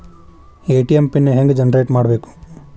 ATM PIN ಹೆಂಗ್ generate ಮಾಡಬೇಕು?